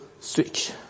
switch